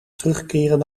terugkeren